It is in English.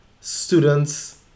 students